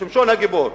שמשון הגיבור,